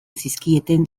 zizkieten